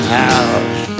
house